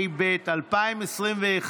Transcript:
התשפ"ב 2021,